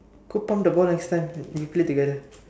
go pump the ball next time we play together